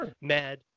mad